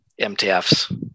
MTFs